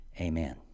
amen